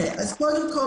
קודם כל,